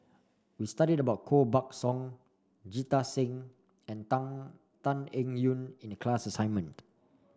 we studied about Koh Buck Song Jita Singh and Tan Tan Eng Yoon in the class assignment